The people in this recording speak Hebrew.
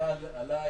היה עליי,